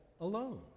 alone